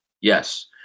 Yes